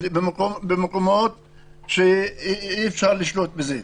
במקומות שאי-אפשר לשלוט בזה.